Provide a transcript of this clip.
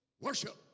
worship